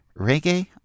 reggae